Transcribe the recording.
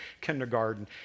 kindergarten